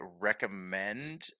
recommend